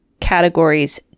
categories